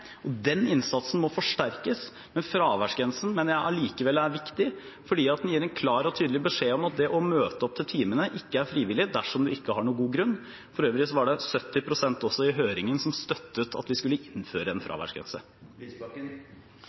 Den innsatsen må forsterkes. Fraværsgrensen mener jeg allikevel er viktig, for den gir en klar og tydelig beskjed om at det å møte opp til timene ikke er frivillig dersom du ikke har noen god grunn til å la være. For øvrig var det 70 pst. i høringen som støttet at vi skulle innføre en fraværsgrense.